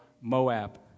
Moab